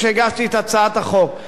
כשהגשתי את הצעת החוק,